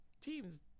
teams